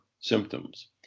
symptoms